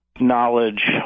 Knowledge